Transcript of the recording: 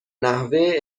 نحوه